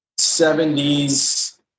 70s